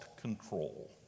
control